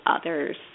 others